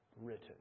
written